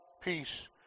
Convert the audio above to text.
peace